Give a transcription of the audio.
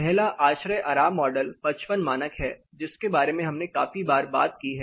पहला ASHRAE आराम model 55 मानक है जिसके बारे में हमने काफी बार बात की है